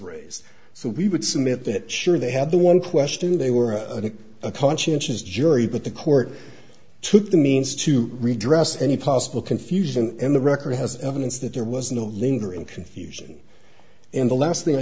so we would submit that sure they had the one question they were a conscientious jury but the court took the means to redress any possible confusion and the record has evidence that there was no lingering confusion in the last thing i